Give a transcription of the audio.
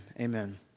Amen